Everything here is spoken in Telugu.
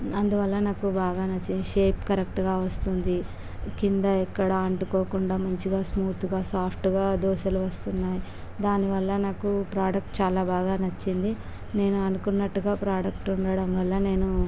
అందువల్ల నాకు బాగా నచ్చింది షేప్ కరెక్టుగా వస్తుంది కింద ఎక్కడ అంటుకోకుండా మంచిగా స్మూత్గా సాఫ్ట్గా దోసలు వస్తున్నాయి దాని వల్ల నాకు ప్రాడక్ట్ చాలా బాగా నచ్చింది నేను అనుకున్నట్టుగా ప్రాడక్ట్ ఉండడం వల్ల నేను